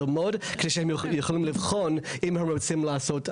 ללמוד כדי שהם יוכלו לבחון אם הם רוצים לעשות עלייה.